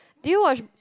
did you watch